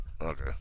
Okay